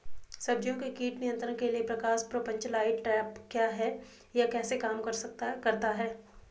सब्जियों के कीट नियंत्रण के लिए प्रकाश प्रपंच लाइट ट्रैप क्या है यह कैसे काम करता है?